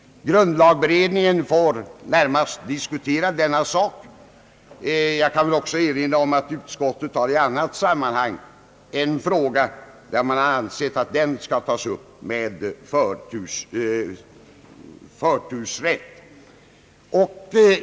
Grundlagberedningen får diskutera den saken. Jag kan också erinra om att utskottet i annat sammanhang tar upp en fråga, som utskottet har ansett skall tas upp med förtursrätt.